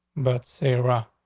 but sarah.